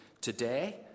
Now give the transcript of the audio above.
Today